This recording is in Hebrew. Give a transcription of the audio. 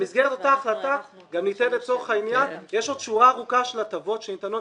במסגרת אותה החלטה יש עוד שורה ארוכה של הטבות שניתנות